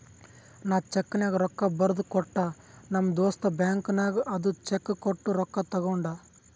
ನಾ ಚೆಕ್ನಾಗ್ ರೊಕ್ಕಾ ಬರ್ದು ಕೊಟ್ಟ ನಮ್ ದೋಸ್ತ ಬ್ಯಾಂಕ್ ನಾಗ್ ಅದು ಚೆಕ್ ಕೊಟ್ಟು ರೊಕ್ಕಾ ತಗೊಂಡ್